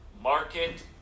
market